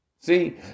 See